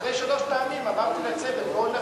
אחרי שלוש פעמים אמרתי לצוות: בואו נפסיק,